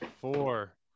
four